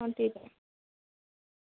हा ठीक आहे